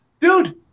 Dude